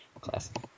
Classic